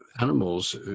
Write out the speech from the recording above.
animals